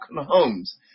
homes